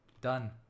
Done